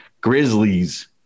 Grizzlies